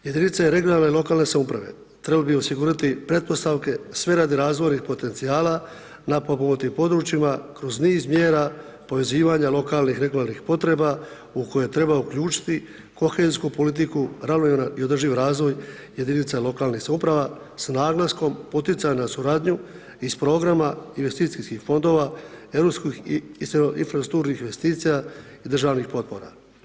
Jedinice regionalne i lokalne samouprave trebale bi osigurati pretpostavke sve radi razvojnih potencijala na potpomognutim područjima kroz niz mjera povezivanja lokalnih regionalnih potreba, u kojima treba uključiti kohezijsku politiku, ravnomjerni i održiv razvoj jedinice lokalne samouprave, s naglaskom poticaj na suradnju iz programa investicijskih fondova, europskog i infrastrukturnih investicija i državnih potpora.